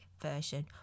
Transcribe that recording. version